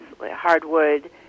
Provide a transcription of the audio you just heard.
hardwood